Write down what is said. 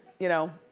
you know.